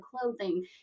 clothing